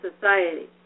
society